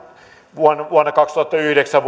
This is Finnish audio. vuosina vuosina kaksituhattayhdeksän